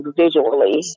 visually